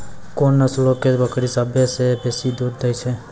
कोन नस्लो के बकरी सभ्भे से बेसी दूध दै छै?